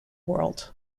world